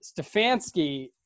Stefanski